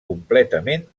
completament